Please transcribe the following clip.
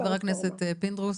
חבר הכנסת פינדרוס,